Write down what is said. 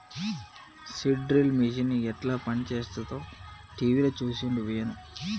seed drill machine యెట్ల పనిచేస్తదో టీవీల చూసిండు వేణు